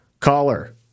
Caller